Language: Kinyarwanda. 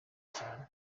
cyane